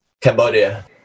Cambodia